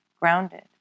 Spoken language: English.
grounded